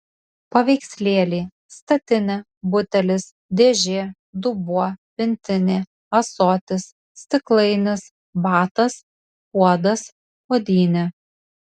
paveikslėliai statinė butelis dėžė dubuo pintinė ąsotis stiklainis batas puodas puodynė